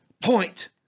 point